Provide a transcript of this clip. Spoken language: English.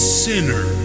sinner